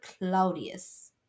Claudius